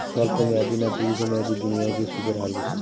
স্বল্প মেয়াদী না দীর্ঘ মেয়াদী বিনিয়োগে সুদের হার বেশী?